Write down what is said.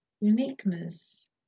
uniqueness